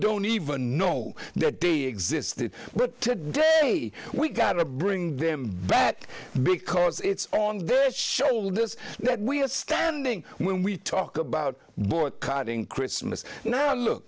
don't even know their day existed but today we gotta bring them back because it's on their shoulders that we're standing when we talk about boycotting christmas now look